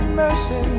mercy